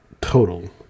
total